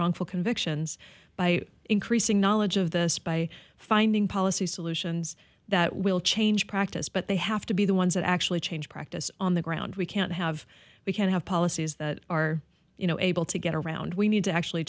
wrongful convictions by increasing knowledge of this by finding policy solutions that will change practice but they have to be the ones that actually change practice on the ground we can't have we can't have policies that are you know able to get around we need to actually